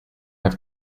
have